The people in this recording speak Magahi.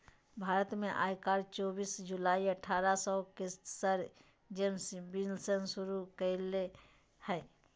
भारत में आयकर चोबीस जुलाई अठारह सौ साठ के सर जेम्स विल्सन शुरू कइल्के हल